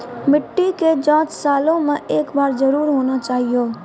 मिट्टी के जाँच सालों मे एक बार जरूर होना चाहियो?